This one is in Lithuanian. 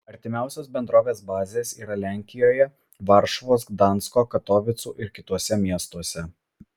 artimiausios bendrovės bazės yra lenkijoje varšuvos gdansko katovicų ir kituose miestuose